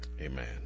amen